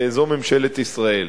זו ממשלת ישראל.